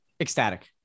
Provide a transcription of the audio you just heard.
Ecstatic